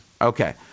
Okay